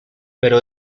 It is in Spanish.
pero